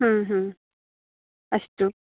अस्तु